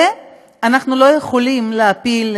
ואנחנו לא יכולים להפיל,